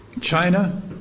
China